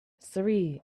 surrey